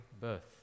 birth